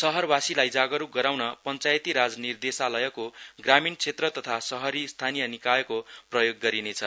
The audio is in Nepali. शहरवासीहरुलाई जागरुक गराउन पञ्चायती राज निर्देशलयको ग्रमीण क्षेत्र तथा शहरी स्थानीय निकायको प्रयोग गरिनेछ